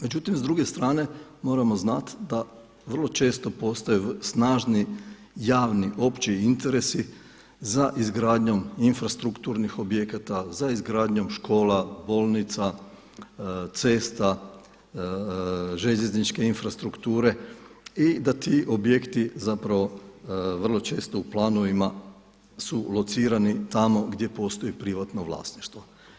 Međutim s druge strane moramo znati da vrlo često postoje snažni javni opći interesi za izgradnju infrastrukturnih objekata, za izgradnjom škola, bolnica, cesta, željezničke infrastrukture i da ti objekti vrlo često u planovima su locirani tamo gdje postoji privatno vlasništvo.